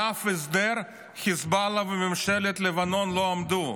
באף הסדר חיזבאללה וממשלת לבנון לא עמדו.